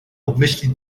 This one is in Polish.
obmyślić